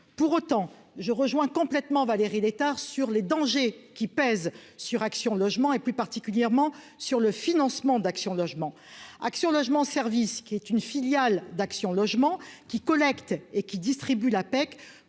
pour autant je rejoins complètement Valérie Létard sur les dangers qui pèsent sur Action Logement, et plus particulièrement sur le financement d'Action Logement Action Logement, service qui est une filiale d'Action Logement qui collecte et qui distribue l'APEC